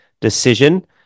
decision